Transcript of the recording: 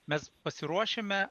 mes pasiruošėme